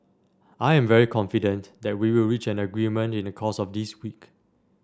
I am very confident that we will reach an agreement in the course of this week